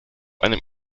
einem